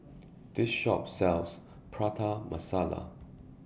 The Shop sells Prata Masala